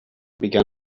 began